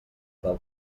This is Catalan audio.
del